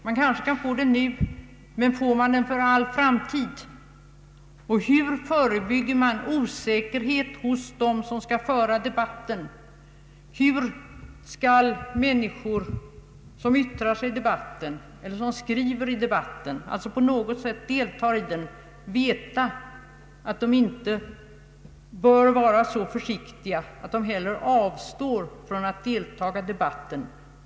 Vi kanske kan få den nu, men får man den för all framtid? Hur förebygger man osäkerhet hos dem som skall föra den allmänna debatten? Hur skall människor som yttrar sig, skriver eller på något sätt deltar i den allmänna debatten veta att de är tillräckligt försiktiga. Eller finns inte risk för att de hellre avstår därifrån med tanke på eventuella risker?